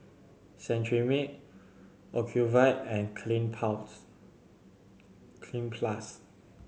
Cetrimide Ocuvite and Cleanz Cleanz Plus